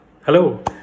hello